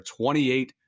28